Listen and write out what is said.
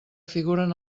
figuren